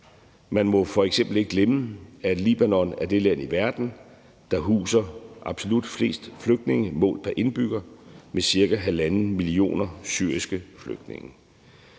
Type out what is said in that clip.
Man må f.eks. ikke glemme, at Libanon er det land i verden, der huser absolut flest flygtninge målt pr. indbygger med cirka halvanden million syriske flygtninge.